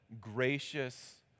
gracious